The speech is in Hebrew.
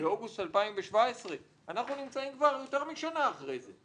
באוגוסט 2017. אנחנו נמצאים כבר יותר משנה אחרי זה,